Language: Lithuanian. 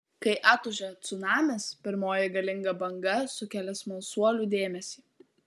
kai atūžia cunamis pirmoji galinga banga sukelia smalsuolių dėmesį